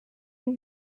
and